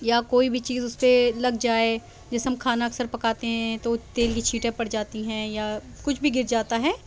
یا کوئی بھی چیز اس پہ لگ جائے جیسے ہم کھانا اکثر پکاتے ہیں تو تیل کی چھینٹیں پڑ جاتی ہیں یا کچھ بھی گر جاتا ہے